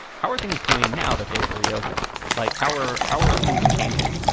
how are things doing now that they've reopened? like, how are how are are things changing?